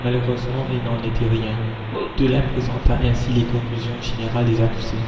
malheureusement il n'en était rien tolain présenta ainsi les conclusions générales des accusés